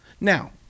Now